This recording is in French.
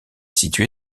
située